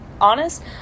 honest